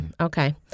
Okay